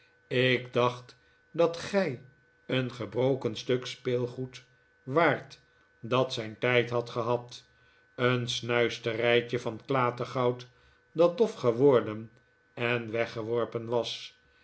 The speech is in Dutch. ik dacht dat gij een gebroken stuk speelgoed waart dat zijn tijd had gehad een snuisterijtje van klatergoud dat dof geworden en weggeworpen was